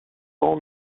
ans